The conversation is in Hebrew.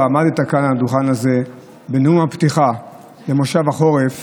עמדת כאן על הדוכן הזה בנאום הפתיחה של מושב החורף